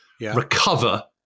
recover